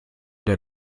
der